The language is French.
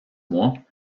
mois